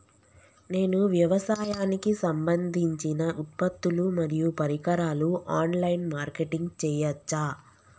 నేను వ్యవసాయానికి సంబంధించిన ఉత్పత్తులు మరియు పరికరాలు ఆన్ లైన్ మార్కెటింగ్ చేయచ్చా?